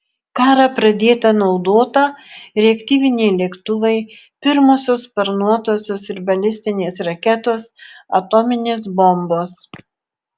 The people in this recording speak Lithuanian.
karą pradėta naudota reaktyviniai lėktuvai pirmosios sparnuotosios ir balistinės raketos atominės bombos